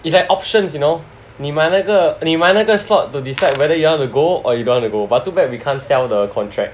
it's like options you know 你买那个你买那个 slot to decide whether you want to go or you don't want to go but too bad we can't sell the contract